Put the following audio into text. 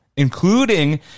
including